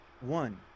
One